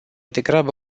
degrabă